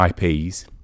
IPs